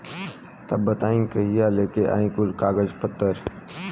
तब बताई कहिया लेके आई कुल कागज पतर?